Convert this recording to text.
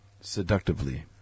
Seductively